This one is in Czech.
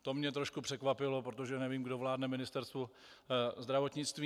To mě trošku překvapilo, protože nevím, kdo vládne Ministerstvu zdravotnictví.